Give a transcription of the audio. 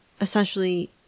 essentially